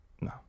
No